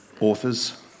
Authors